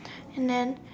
and then